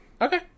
okay